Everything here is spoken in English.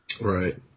Right